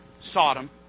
Sodom